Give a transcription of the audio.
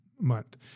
month